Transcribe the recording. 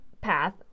path